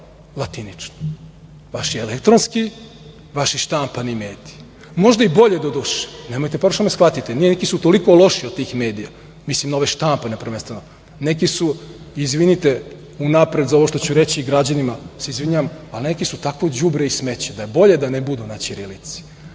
vaši elektronski i vaši štampani mediji. Možda je i bolje. Nemojte pogrešno da me shvatite, ali neki su toliko loši od tih medija, mislim na ove štampane, neki su, izvinite unapred za ovo što ću reći, i građanima se izvinjavam, ali neki su takvo đubre i smeće da je bolje da ne budu na ćirilici.